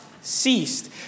ceased